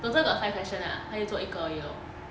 total got five question lah 他就做一个而已 lor